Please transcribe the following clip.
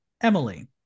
emily